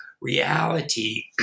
reality